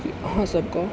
की अहाँसबके